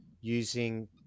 using